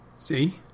See